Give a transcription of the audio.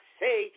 say